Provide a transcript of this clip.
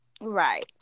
right